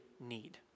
need